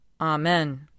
Amen